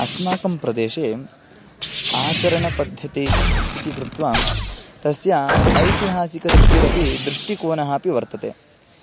अस्माकं प्रदेशे आचरणपद्धतिः इति कृत्वा तस्य ऐतिहासिकदृष्टिरपि दृष्टिकोनः अपि वर्तते